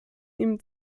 ihm